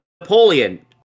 Napoleon